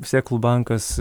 sėklų bankas